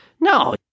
No